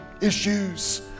issues